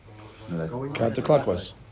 Counterclockwise